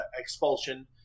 expulsion